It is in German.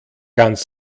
ganz